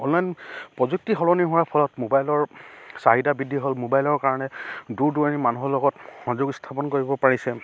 online প্ৰযুক্তি সলনি হোৱাৰ ফলত মোবাইলৰ চাহিদা বৃদ্ধি হ'ল মোবাইলৰ কাৰণে দূৰ দূৰণীৰ মানুহৰ লগত সংযোগ স্থাপন কৰিব পাৰিছে